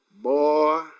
Boy